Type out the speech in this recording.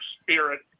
spirit